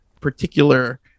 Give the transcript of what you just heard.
particular